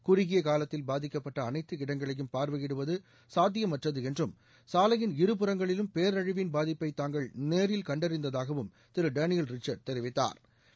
குறுகிய காலத்தில் பாதிக்கப்பட்ட அனைத்து இடங்களையும் பாா்வையிடுவது சாத்தியமற்றது என்றும் சாலையின் இருபுறங்களிலும் பேரழிவின் பாதிப்பை தாங்கள் நேரில் கண்டறிந்ததாகவும் திரு டேனியல் ரிச்ச்்ள்ட் தெரிவித்தாா்